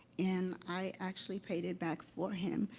and i actually paid it back for him,